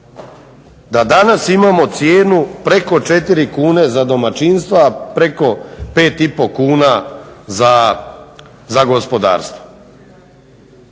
da danas imamo cijenu preko 4 kune za domaćinstva, a preko 5,5 kuna za gospodarstvo.